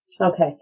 okay